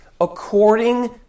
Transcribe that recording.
according